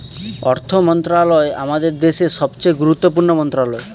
অর্থ মন্ত্রণালয় আমাদের দেশের সবচেয়ে গুরুত্বপূর্ণ মন্ত্রণালয়